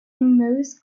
moth